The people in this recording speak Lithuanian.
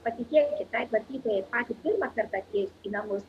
patikėkit tai tvarkytojai patį pirmą kartą atėjus į namus